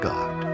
God